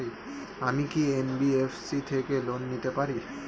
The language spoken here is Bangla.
আমি কি এন.বি.এফ.সি থেকে লোন নিতে পারি?